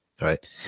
right